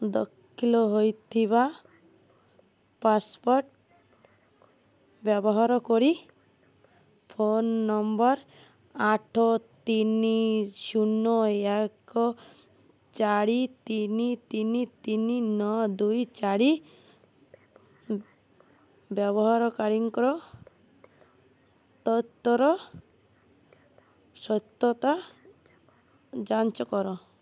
ଦାଖିଲ ହୋଇଥିବା ପାସ୍ପୋର୍ଟ୍ ବ୍ୟବହାର କରି ଫୋନ୍ ନମ୍ବର୍ ଆଠ ତିନି ଶୂନ ଏକ ଚାରି ତିନି ତିନି ତିନି ନଅ ଦୁଇ ଚାରି ବ୍ୟବହାରକାରୀଙ୍କ ତଥ୍ୟର ସତ୍ୟତା ଯାଞ୍ଚ କର